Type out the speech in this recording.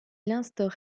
instaure